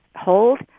hold